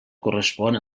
correspon